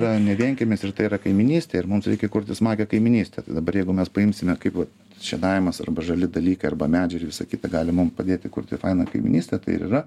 yra ne vienkiemis ir tai yra kaimynystė ir mums reikia kurti smagią kaimynystę tai dabar jeigu mes paimsime kaip va šienavimas arba žali dalykai arba medžiai ir visa kita gali mum padėti kurti fainą kaimynystę tai ir yra